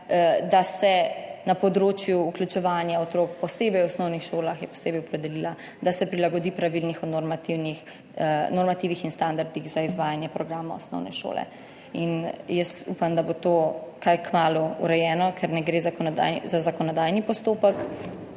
da se na področju vključevanja otrok, posebej v osnovnih šolah je posebej opredelila, da se prilagodi Pravilnik o normativih in standardih za izvajanje programa osnovne šole. Jaz upam, da bo to kaj kmalu urejeno, ker ne gre za zakonodajni postopek,